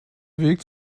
weg